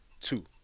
two